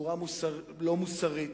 בצורה לא מוסרית,